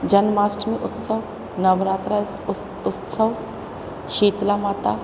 जन्माष्टमी उत्सव नवरात्रा उत्सव शीतला माता